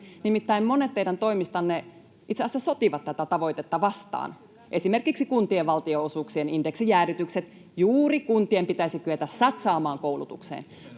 Nimittäin monet teidän toimistanne itse asiassa sotivat tätä tavoitetta vastaan: Esimerkiksi kuntien valtionosuuksien indeksijäädytykset — juuri kuntien pitäisi kyetä satsaamaan koulutukseen.